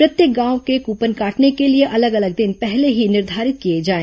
प्रत्येक गांव के कूपन काटने के लिए अलग अलग दिन पहले ही निर्धारित किया जाए